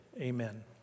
amen